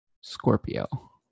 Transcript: scorpio